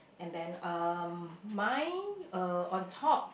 and then um mine uh on top